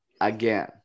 again